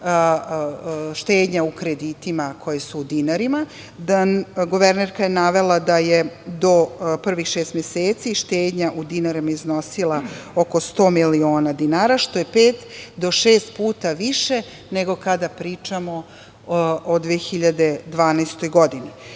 štednja u kreditima koji su u dinarima. Guvernerka je navela da je do prvih šest meseci štednja u dinarima iznosila oko 100 miliona dinara, što je pet do šest puta više nego kada pričamo o 2012.